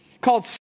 called